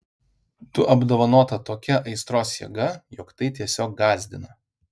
tu apdovanota tokia aistros jėga jog tai tiesiog gąsdina